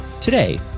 Today